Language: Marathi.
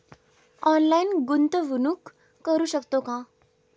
ऑनलाइन गुंतवणूक करू शकतो का?